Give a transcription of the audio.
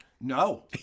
No